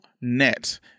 net